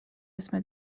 اسم